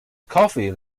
coffee